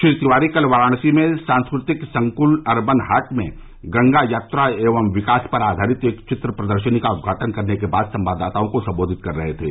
श्री तिवारी कल वाराणसी में सांस्कृतिक संक्ल अर्बन हाट में गंगा यात्रा एवं विकास पर आधारित एक चित्र प्रदर्शनी का उद्घाटन करने के बाद संवाददाताओं को संबोधित कर रहे थे